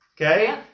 Okay